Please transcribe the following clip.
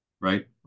right